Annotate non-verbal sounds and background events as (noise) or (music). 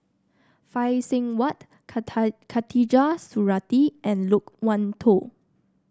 Phay Seng Whatt (unintelligible) Khatijah Surattee and Loke Wan Tho